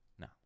No